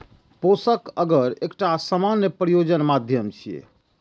पोषक अगर एकटा सामान्य प्रयोजन माध्यम छियै